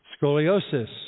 scoliosis